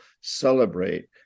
celebrate